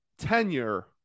tenure